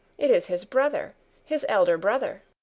it is his brother his elder brother.